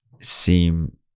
seem